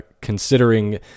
considering